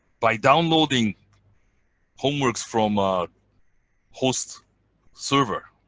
by downloading homeworks from a host server.